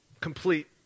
complete